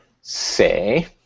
Say